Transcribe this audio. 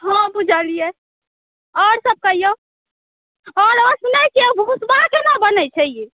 हँ बुझलियै आओर सब कहिऔ आओरो सुनै छियै भुस्बा केना बनै छै